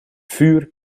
vuur